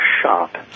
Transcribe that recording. shop